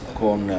con